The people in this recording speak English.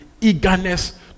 eagerness